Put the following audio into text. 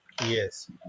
yes